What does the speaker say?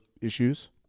issues